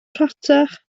rhatach